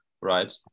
right